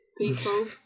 people